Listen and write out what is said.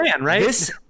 right